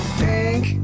pink